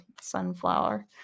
sunflower